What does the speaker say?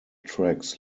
tracks